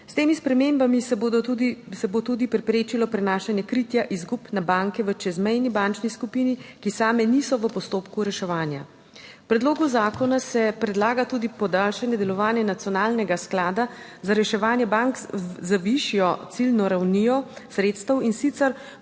TRAK: (TB) - 12.00** (nadaljevanje) prenašanje kritja izgub na banke v čezmejni bančni skupini, ki same niso v postopku reševanja. V predlogu zakona se predlaga tudi podaljšanje delovanja nacionalnega sklada za reševanje bank z višjo ciljno ravnijo sredstev in sicer